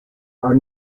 are